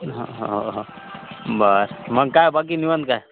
ह हो हो बर मग काय बाकी निवांत काय